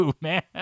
man